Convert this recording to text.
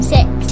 Six